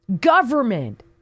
Government